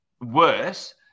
worse